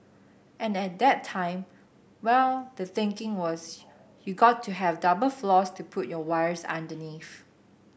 and at that time well the thinking was you got to have double floors to put your wires underneath